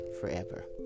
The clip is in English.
forever